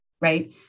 right